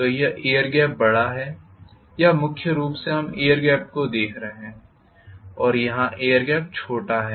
तो यह air gap बड़ा है या मुख्य रूप से हम एयर गेप को देख रहे हैं और यहाँ एयर गेप छोटा है